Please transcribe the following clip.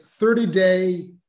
30-day